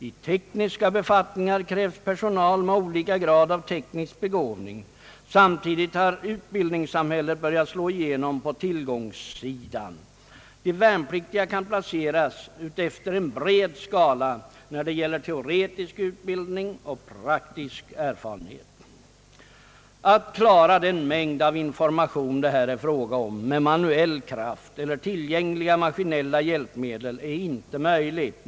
I tekniska befattningar krävs personal med olika grad av teknisk begåvning. Samtidigt har utbildningssamhället börjat slå igenom på tillgångssidan. De värnpliktiga kan placeras utefter en bred skala när det gäller teoretisk utbildning och praktisk erfarenhet. Att klara den mängd av information det här är fråga om med manuell kraft eller tillgängliga maskinella hjälpmedel är inte möjligt.